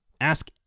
Ask